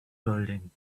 building